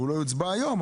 לא נצביע עליו היום,